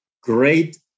great